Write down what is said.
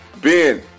Ben